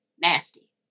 nasty